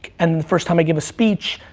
and the first time i give a speech,